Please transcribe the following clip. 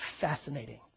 fascinating